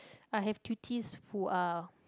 I have who are